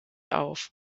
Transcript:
auf